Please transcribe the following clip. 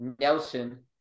Nelson